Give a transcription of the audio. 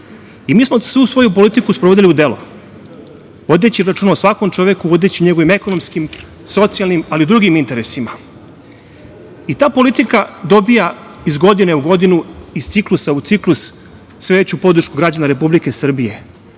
smo tu svoju politiku provodili u delo, vodeći računa o svakom čoveku, vodeći o njegovim ekonomskim, socijalnim, ali i drugim interesima. Ta politika dobija iz godine u godinu, iz ciklusa u ciklus sve veću podršku građana Republike Srbije,